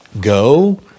Go